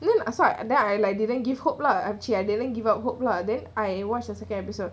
you know like I saw like then I like didn't give hope lah actually I didn't give up hope lah then I watched the second episode